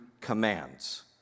commands